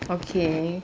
okay